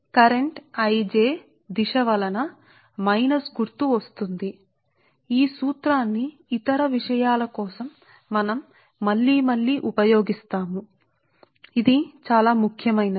కాబట్టి ఈ సాధారణ విషయం నుండి చిన్న విషయం మేము ఈ సాధారణీకరించిన సూత్రాన్ని ఇస్తున్నాము ఈ సూత్రం ఇతర విషయాల కోసం మళ్లీ మళ్లీ చూస్తుంది